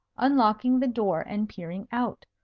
unlocking the door and peering out.